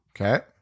Okay